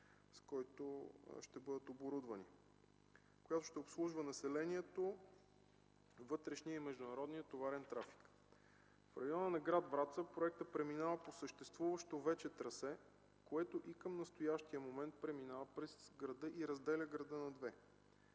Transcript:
с който ще бъдат оборудвани, която ще обслужва населението, вътрешния и международния товарен трафик. В района на гр. Враца проектът преминава по съществуващо вече трасе, което и към настоящия момент преминава през града и разделя града на две.